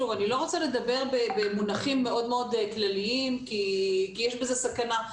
אני לא רוצה לדבר במונחים מאוד מאוד כלליים כי יש בזה סכנה.